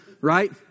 right